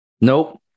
Nope